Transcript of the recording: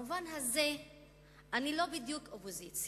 במובן הזה אני לא בדיוק אופוזיציה.